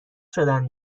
شدن